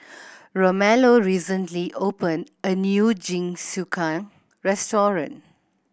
Romello recently opened a new Jingisukan restaurant